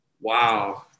wow